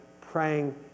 Praying